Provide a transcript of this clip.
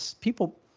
people